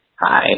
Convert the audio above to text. Hi